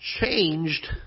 changed